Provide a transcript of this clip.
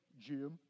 Jim